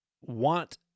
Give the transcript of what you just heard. want